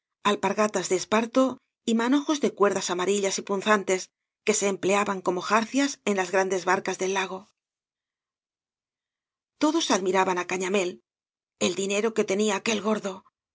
alpargatas de esparto y manojos de cuerdas amarillas y punzantes que se empleaban como jarcias en las grandes barcas del lago todos admiraban á cañamél el dinero que tenía aquel gordo